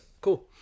Cool